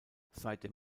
seitdem